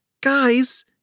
Guys